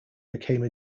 became